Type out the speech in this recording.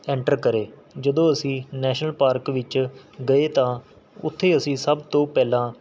enter ਕਰੇ ਜਦੋਂ ਅਸੀਂ ਨੈਸ਼ਨਲ ਪਾਰਕ ਵਿੱਚ ਗਏ ਤਾਂ ਉੱਥੇ ਅਸੀਂ ਸਭ ਤੋਂ ਪਹਿਲਾਂ